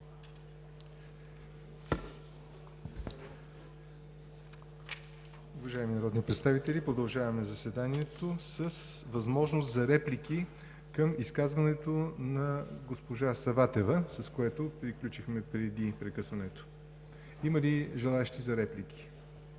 Уважаеми народни представители, заседанието продължава. Имате възможност за реплики към изказването на госпожа Саватева, с което приключихме преди прекъсването. Има ли желаещи за реплики?